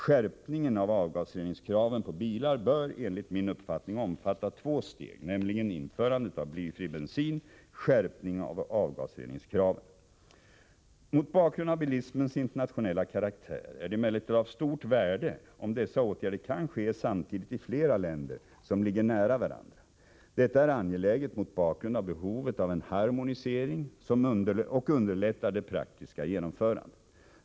Skärpningen av avgasreningskraven vad gäller bilar bör enligt min uppfattning omfatta två steg, nämligen: Mot bakgrund av bilismens internationella karaktär är det emellertid av stort värde om dessa åtgärder kan ske samtidigt i flera länder som ligger nära varandra. Detta är angeläget mot bakgrund av behovet av en harmonisering och underlättar det praktiska genomförandet.